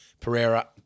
Pereira